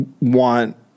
want